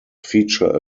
feature